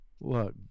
look